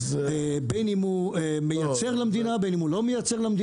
בין אם מייצר למדינה או לא מייצר לה.